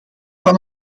van